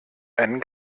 einen